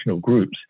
groups